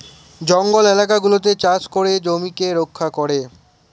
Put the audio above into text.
জঙ্গলের এলাকা গুলাতে চাষ করে জমিকে রক্ষা করে